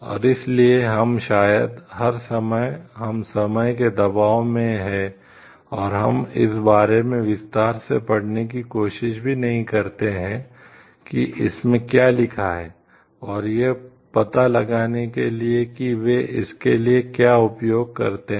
और इसीलिए हम शायद हर समय हम समय के दबाव में हैं और हम इस बारे में विस्तार से पढ़ने की कोशिश भी नहीं करते हैं कि इसमें क्या लिखा है और यह पता लगाने के लिए कि वे इसके लिए क्या उपयोग करते हैं